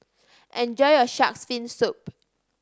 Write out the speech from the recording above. enjoy your Shark's Fin Soup